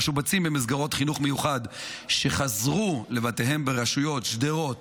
המשובצים במסגרות חינוך מיוחד וחזרו לבתיהם ברשויות שדרות,